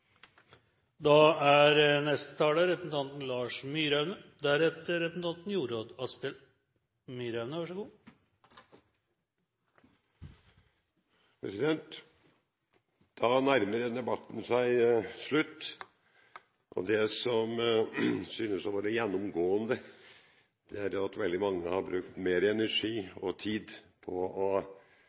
Da nærmer denne debatten seg slutten. Det som synes å være gjennomgående, er at veldig mange har brukt mer energi og tid på å